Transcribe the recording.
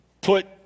put